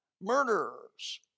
murderers